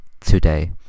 today